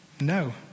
no